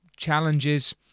challenges